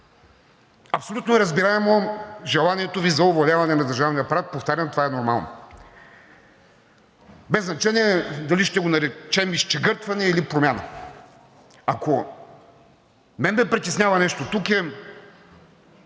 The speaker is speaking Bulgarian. Абсолютно е разбираемо желанието Ви за оглавяване на държавния апарат. Повтарям, това е нормално, без значение дали ще го наречем изчегъртване, или промяна. Ако мен ме притеснява нещо тук,